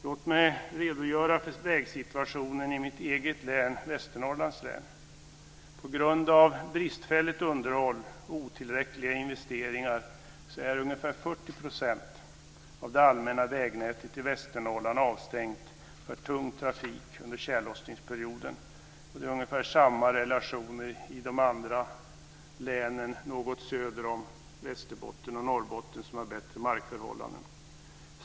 Låt mig redogöra för vägsituationen i mitt eget hemlän, Västernorrlands län. På grund av bristfälligt underhåll och otillräckliga investeringar är ungefär 40 % av det allmänna vägnätet i Västernorrland avstängt för tung trafik under tjällossningsperioden. Det är ungefär samma relationer i de andra länen något söder om Västerbotten och Norrbotten, som har bättre markförhållanden.